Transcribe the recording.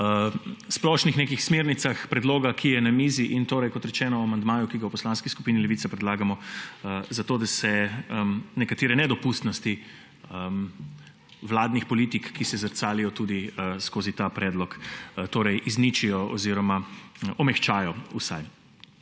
splošnih smernicah predloga, ki je na mizi, in o amandmaju, ki ga v Poslanski skupini Levica predlagamo zato, da se nekatere nedopustnosti vladnih politik, ki se zrcalijo tudi skozi ta predlog, izničijo oziroma vsaj